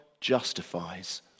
justifies